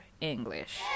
English